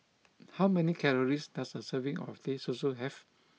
how many calories does a serving of Teh Susu have